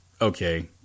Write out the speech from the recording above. okay